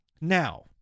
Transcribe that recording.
Now